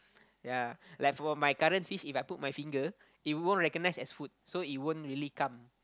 ya like for my current fish If I put my finger it won't recognize as food so it won't really come